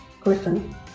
Griffin